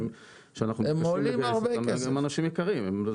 שאנחנו מתקשים לגייס אותם, הם אנשים יקרים.